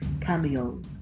cameos